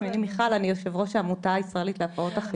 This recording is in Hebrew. יושבת ראש העמותה הישראלית להפרעות אכילה.